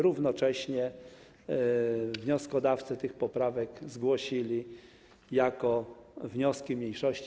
Równocześnie wnioskodawcy tych poprawek zgłosili wnioski mniejszości.